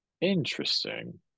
Interesting